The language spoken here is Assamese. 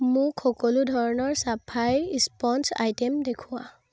মোক সকলো ধৰণৰ চাফাই ইস্পঞ্জ আইটেম দেখুওৱা